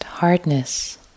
Hardness